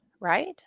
Right